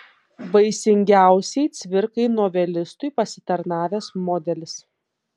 vaisingiausiai cvirkai novelistui pasitarnavęs modelis